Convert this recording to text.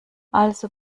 also